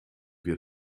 wir